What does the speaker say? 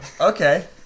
Okay